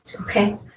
Okay